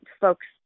folks